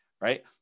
Right